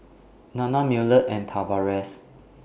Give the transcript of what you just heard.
Nanna Millard and Tavares